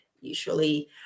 usually